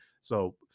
So-